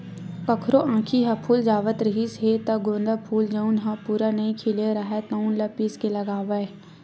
कखरो आँखी ह फूल जावत रिहिस हे त गोंदा फूल जउन ह पूरा नइ खिले राहय तउन ल पीस के लगावय